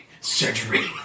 surgery